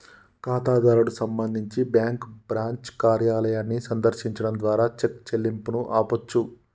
ఖాతాదారుడు సంబంధించి bank branch కార్యాలయాన్ని సందర్శించడం ద్వారా చెక్ చెల్లింపును ఆపొచ్చు